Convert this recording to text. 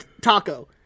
Taco